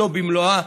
לא במלואה,